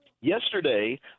Yesterday